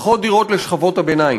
פחות דירות לשכבות הביניים.